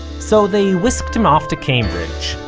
so they whisked him off to cambridge,